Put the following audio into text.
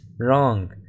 wrong